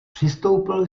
přistoupil